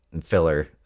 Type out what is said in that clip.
filler